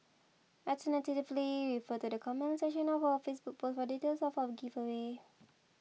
alternatively refer to the comments section of our Facebook post for details of our giveaway